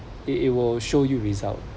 it it will show you result